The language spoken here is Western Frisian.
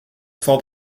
falt